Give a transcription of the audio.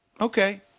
Okay